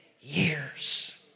years